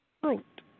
fruit